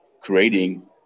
creating